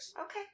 Okay